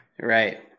Right